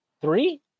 three